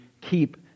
keep